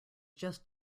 just